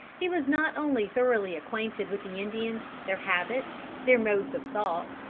he was not only thoroughly acquainted with the indians, their habits, their modes of thought,